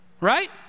Right